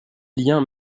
liens